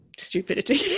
stupidity